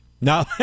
no